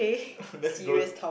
let's go to